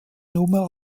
nummer